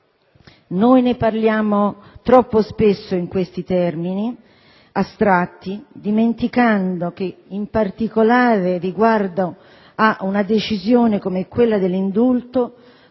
Noi ne parliamo troppo spesso in questi termini astratti, dimenticando che, con in particolare riguardo a una decisione come quella dell'indulto,